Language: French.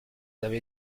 avez